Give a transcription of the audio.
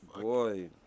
Boy